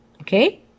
Okay